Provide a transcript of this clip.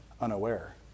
unaware